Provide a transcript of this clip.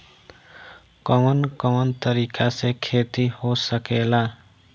कवन कवन तरीका से खेती हो सकेला